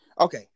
Okay